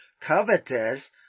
covetous